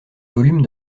volume